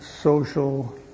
social